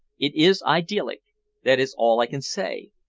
it is idyllic that is all i can say.